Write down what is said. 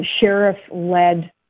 sheriff-led